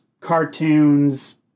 cartoons